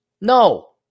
No